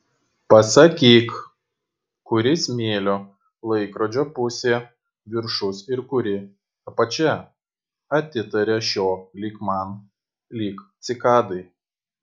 pasakyk kuri smėlio laikrodžio pusė viršus ir kuri apačia atitaria šio lyg man lyg cikadai